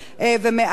ומאז,